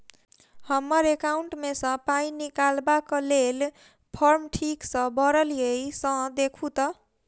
हम्मर एकाउंट मे सऽ पाई निकालबाक लेल फार्म ठीक भरल येई सँ देखू तऽ?